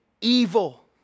evil